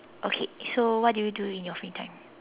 okay so what do you do in your free time